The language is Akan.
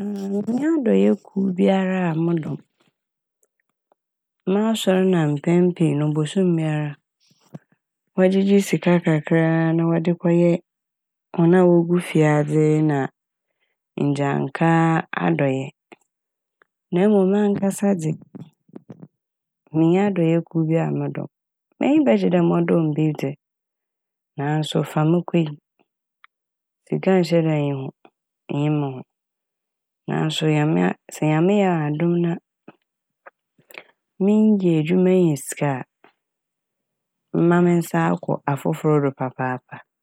minnyi adɔyɛ kuw biara modɔm m'asɔr na mpɛn pii no bosoom biara wɔgyegye sika kakra a na wɔde kɔyɛ hɔn a wogu fiadze na egyanka adɔyɛ na mom mankasa dze mennyɛ adɔyɛ kuw bia a modɔm. M'enyi bɛgye dɛ mɔdɔm bi dze naaso fa mokɔ yi, sika nnhyɛ da nnyi ho - nnyi mo ho naaso Nyame a - sɛ Nyame yɛ adom na minya edwuma nya sika a mɛma me nsa akɔ afofor do papaapa.